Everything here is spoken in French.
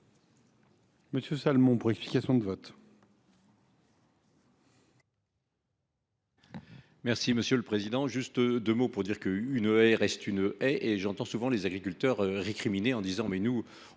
Daniel Salmon, pour explication de vote.